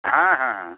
হ্যাঁ হ্যাঁ হ্যাঁ